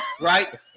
Right